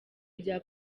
ibya